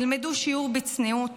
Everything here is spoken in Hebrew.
ילמדו שיעור בצניעות